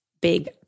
big